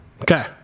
Okay